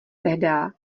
tehdá